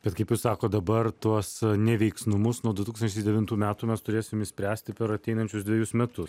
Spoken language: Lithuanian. bet kaip jūs sakot dabar tuos neveiksnumus nuo du tūkstančiai devintų metų mes turėsim išspręst per ateinančius dvejus metus